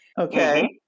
Okay